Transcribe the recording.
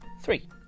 three